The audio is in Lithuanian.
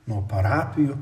nuo parapijų